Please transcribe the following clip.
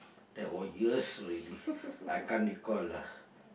that was years already I can't recall lah